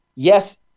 Yes